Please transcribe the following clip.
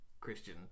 Christian